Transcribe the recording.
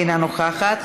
אינה נוכחת,